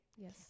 Yes